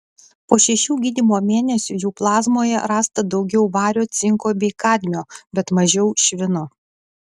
po šešių gydymo mėnesių jų plazmoje rasta daugiau vario cinko bei kadmio bet mažiau švino